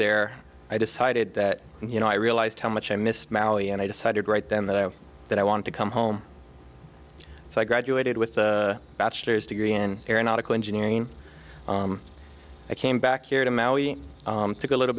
there i decided that you know i realized how much i missed molly and i decided right then though that i wanted to come home so i graduated with a bachelor's degree in aeronautical engineering i came back here to maui took a little